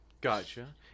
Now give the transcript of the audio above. Gotcha